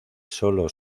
sólo